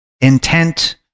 Intent